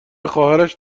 خواهرش